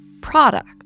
product